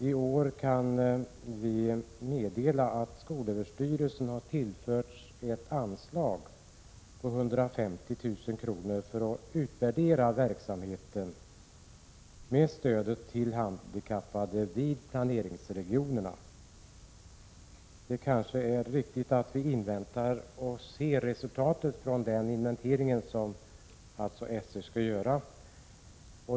I år kan vi meddela att skolöverstyrelsen har tillförts ett anslag på 150 000 kr. för att utvärdera verksamheten med stödet till handikappade vid planeringsregionerna. Det kanske är riktigt att vi inväntar resultatet av den inventering som skolöverstyrelsen skall göra.